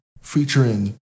featuring